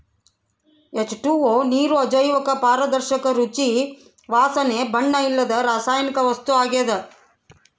H two O ನೀರು ಅಜೈವಿಕ ಪಾರದರ್ಶಕ ರುಚಿ ವಾಸನೆ ಬಣ್ಣ ಇಲ್ಲದ ರಾಸಾಯನಿಕ ವಸ್ತು ಆಗ್ಯದ